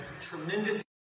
tremendous